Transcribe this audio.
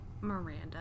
Miranda